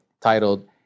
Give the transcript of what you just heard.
titled